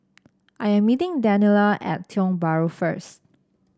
I am meeting Daniela at Tiong Bahru first